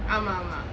ஆமா ஆமா:aama aama